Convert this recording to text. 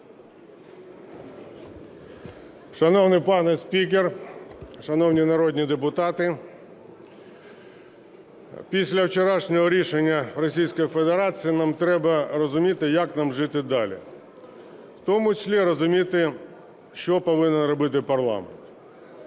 Шановний пане спікер, шановні народні депутати, після вчорашнього рішення Російської Федерації нам треба розуміти, як нам жити далі, в тому числі розуміти, що повинен робити парламент.